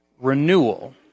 renewal